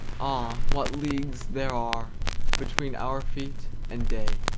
ah! what leagues there are between our feet and day!